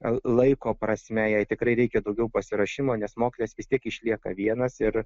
laiko prasme jai tikrai reikia daugiau pasiruošimo nes mokytojas vis tiek išlieka vienas ir